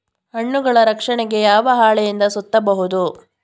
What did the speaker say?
ಹಣ್ಣುಗಳ ರಕ್ಷಣೆಗೆ ಯಾವ ಹಾಳೆಯಿಂದ ಸುತ್ತಬಹುದು?